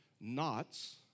Knots